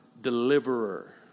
deliverer